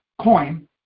coin